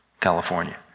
California